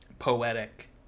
poetic